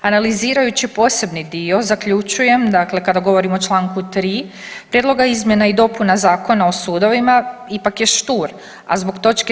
Analizirajući posebni dio zaključujem, dakle kada govorim o čl. 3. prijedloga izmjena i dopuna Zakona o sudovima ipak je štur, a zbog toč.